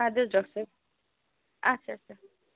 اَدٕ حظ ڈاکٹر صٲب اَچھا اَچھا